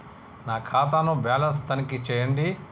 నా ఖాతా ను బ్యాలన్స్ తనిఖీ చేయండి?